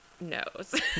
knows